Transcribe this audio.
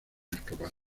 escapar